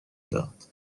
داد